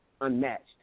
unmatched